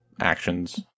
actions